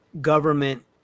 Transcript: government